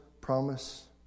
promise